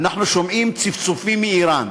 אנחנו שומעים צפצופים מאיראן.